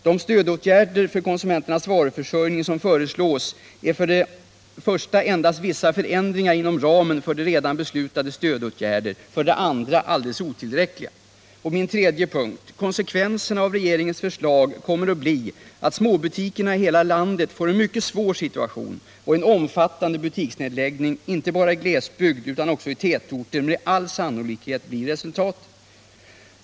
De stödåtgärder för konsumenternas varuförsörjning som föreslås är för det första endast vissa förändringar inom ramen för redan beslutade stödåtgärder, för det andra alldeles otillräckliga. 3. Konsekvenserna av regeringens förslag kommer att bli att småbutikerna i hela landet får en mycket svår situation och att en omfattande butiksnedläggning inte bara i glesbygd utan också i tätorter med all sannolikhet blir resultatet.